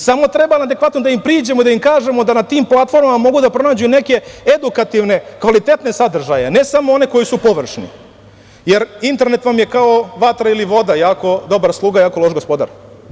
Samo treba adekvatno da im priđemo, da im kažemo na tim platformama mogu da pronađu neke edukativne, kvalitetne sadržaje, a ne samo one koji su površni, jer internet vam je kao vatra ili voda – dobar sluga, a jako loš gospodar.